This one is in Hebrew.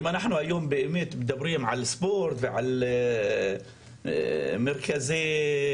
אם אנחנו היום באמת מדברים על ספורט ועל כל מיני מרכזים,